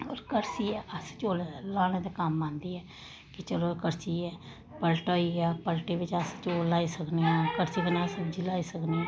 होर कड़शी ऐ अस चौल लाने दे कम्म आंदी ऐ किचन च कड़शी ऐ पलटा होई गेआ पलटे बिच्च अस चौल लाई सकने आं कड़शी कन्नै अस सब्जी लाई सकने आं